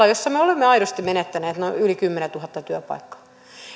jossa me olemme aidosti menettäneet yli kymmenentuhatta työpaikkaa